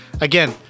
Again